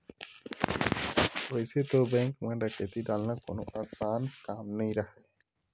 वइसे तो बेंक म डकैती डालना कोनो असान काम नइ राहय